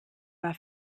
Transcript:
war